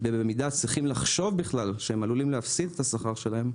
והם צריכים לחשוב בכלל שהם עלולים להפסיד את השכר שלהם,